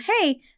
Hey